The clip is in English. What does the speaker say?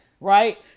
Right